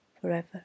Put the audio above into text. forever